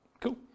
Cool